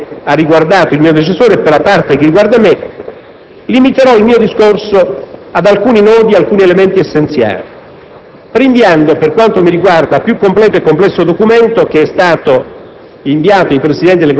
giudiziario), per la parte che ha riguardato il mio predecessore e per la parte che riguarda me limiterò il mio discorso ad alcuni nodi ed elementi essenziali.